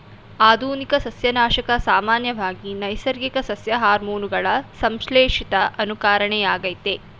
ಆಧುನಿಕ ಸಸ್ಯನಾಶಕ ಸಾಮಾನ್ಯವಾಗಿ ನೈಸರ್ಗಿಕ ಸಸ್ಯ ಹಾರ್ಮೋನುಗಳ ಸಂಶ್ಲೇಷಿತ ಅನುಕರಣೆಯಾಗಯ್ತೆ